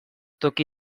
toki